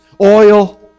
oil